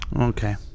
Okay